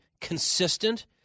consistent